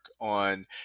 on